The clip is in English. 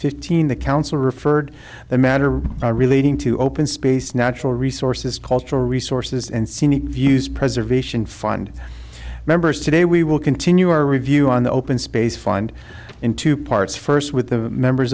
fifteen the council referred the matter relating to open space natural resources cultural resources and scenic views preservation fund members today we will continue our review on the open space find in two parts first with the members